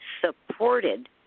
supported